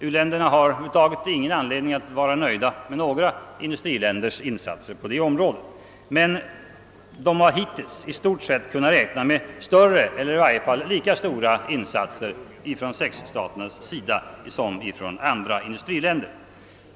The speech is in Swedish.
U-länderna har över huvud taget ingen anledning att vara nöjda med några i-länders insatser på det området. Men de har hittills i stort sett kunnat räkna med större eller i varje fall lika stora insatser från Sexstaternas sida som från många andra industriländer.